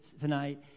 tonight